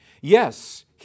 Yes